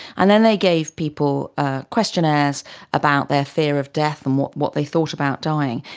and then they gave people questionnaires about their fear of death and what what they thought about dying,